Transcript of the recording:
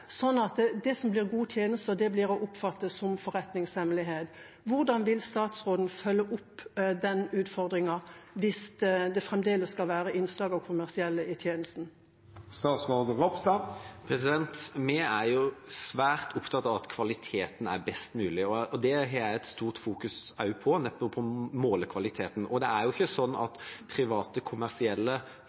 det som blir gode tjenester, blir å oppfatte som forretningshemmeligheter. Hvordan vil statsråden følge opp den utfordringen, hvis det fremdeles skal være innslag av kommersielle i tjenesten? Vi er svært opptatt av at kvaliteten er best mulig. Det fokuserer jeg mye på, nettopp å måle kvaliteten. Det er ikke sånn at private, kommersielle